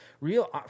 real